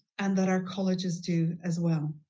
and that our colleges do as well.